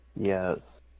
Yes